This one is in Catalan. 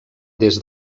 des